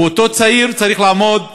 ואותו צעיר צריך לעמוד בבתי-משפט,